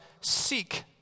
seek